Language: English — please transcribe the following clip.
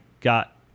got